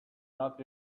not